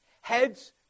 heads